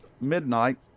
midnight